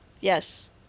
Yes